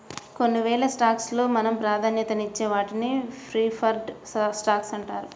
కొన్నివేల స్టాక్స్ లో మనం ప్రాధాన్యతనిచ్చే వాటిని ప్రిఫర్డ్ స్టాక్స్ అంటారు